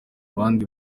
abandi